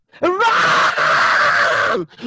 run